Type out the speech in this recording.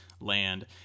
land